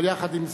אבל יחד עם זאת,